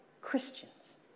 Christians